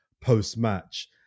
post-match